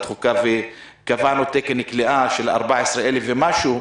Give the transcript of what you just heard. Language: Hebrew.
החוקה וקבענו תקן כליאה של 14,000 ומשהו.